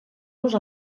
los